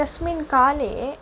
तस्मिन् काले